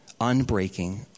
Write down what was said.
unbreaking